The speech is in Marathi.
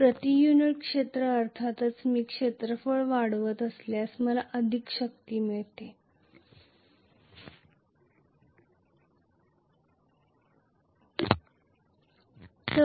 प्रति युनिट क्षेत्र अर्थातच मी क्षेत्रफळ वाढवत असल्यास मला अधिक शक्ती मिळेल